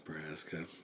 Nebraska